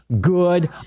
good